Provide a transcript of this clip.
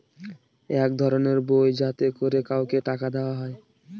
এক ধরনের বই যাতে করে কাউকে টাকা দেয়া হয়